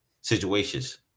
situations